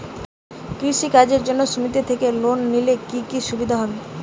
কৃষি কাজের জন্য সুমেতি থেকে লোন নিলে কি কি সুবিধা হবে?